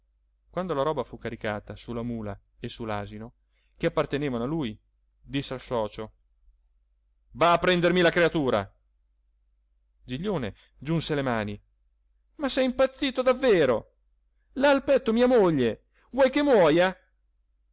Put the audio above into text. quando la roba fu caricata su la mula e su l'asino che appartenevano a lui disse al socio va a prendermi la creatura giglione giunse le mani ma sei impazzito davvero l'ha al petto mia moglie vuoi che muoja